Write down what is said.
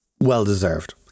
well-deserved